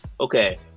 okay